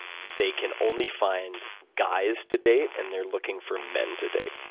they can only find guys to date and they're looking for men to date.